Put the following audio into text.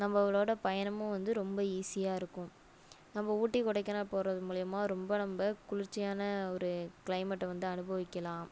நம்மளோட பயணமும் வந்து ரொம்ப ஈசியாக இருக்கும் நம்ம ஊட்டி கொடைக்கானல் போகிறது மூலிமா ரொம்ப நம்ம குளிர்ச்சியான ஒரு கிளைமேட்டை வந்து அனுபவிக்கலாம்